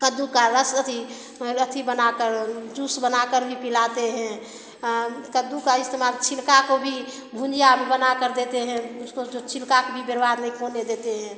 कद्दू का रस अथि अथि बनाकर जूस बनाकर भी पिलाते हैं कद्दू का इस्तेमाल छिलका को भी भुजिया भी बनाकर देते हैं उसको जो छिलका को भी बर्बाद नहीं होने देते हैं